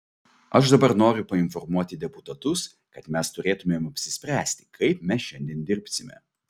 aš dabar noriu painformuoti deputatus kad mes turėtumėm apsispręsti kaip mes šiandien dirbsime